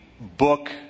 book